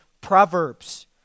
Proverbs